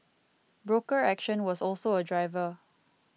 broker action was also a driver